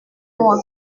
loin